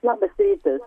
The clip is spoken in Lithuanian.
labas rytas